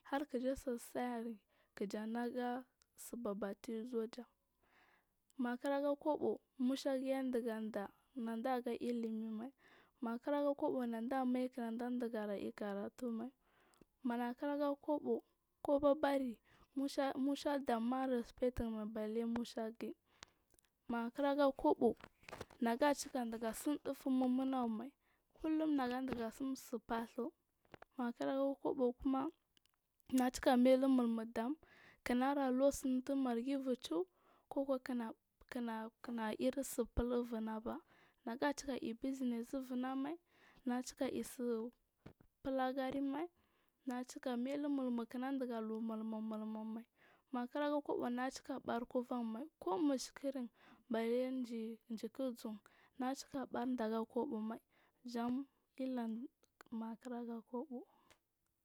Harkijasa sarin kijanaga subabbati uli ja makiraga kobo mushagi andigan daa nadaga ilimimai, makiraga kobo nadamai kindadiga ikaratumai magakira ga kobo kobabari musha dam araspetin malle mushajin makiraga kobo nagacika da sum duf mununau mai kulum naga diga simsi fahsu makiraga kobo kuma nacika mailu mulmu dam nayera lur simdi margi, ibur chue kuba kina irsu kila ullunaba nega cika ibu siness ufumamai naga cika isu kilar garimai nagacika mailu mulmukinan diga lu mulmumai maga kira kobo nagacika ɓar kuvanmai ko mishar bale jik zun nagaciki bardaga kobo mai jan illai kira kobo.